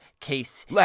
case